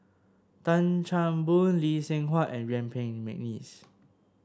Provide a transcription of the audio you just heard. Tan Chan Boon Lee Seng Huat and Yuen Peng McNeice